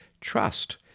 trust